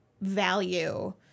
value